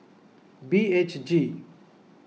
B H G